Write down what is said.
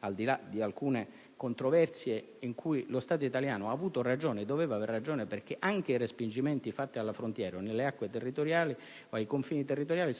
al di là di alcune controversie in cui lo Stato italiano ha avuto ragione (e doveva averla perché anche i respingimenti effettuati alla frontiera, nelle acque territoriali o ai confini territoriali